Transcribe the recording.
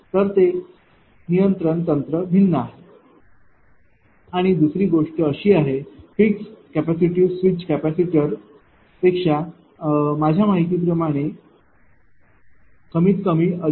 तर ते नियंत्रण तंत्र भिन्न आहे आणि दुसरी गोष्ट अशी आहे फिक्स्ट कॅपेसिटर स्विच कॅपेसिटर पेक्षा माझ्या माहिती प्रमाणे कमीतकमी 2